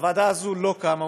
הוועדה הזאת לא קמה,